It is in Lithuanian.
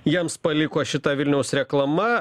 jiems paliko šita vilniaus reklama